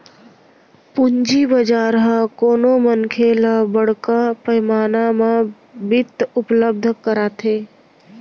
पूंजी बजार ह कोनो मनखे ल बड़का पैमाना म बित्त उपलब्ध कराथे